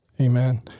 Amen